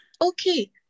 okay